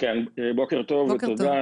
בוקר טוב ותודה.